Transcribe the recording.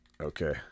Okay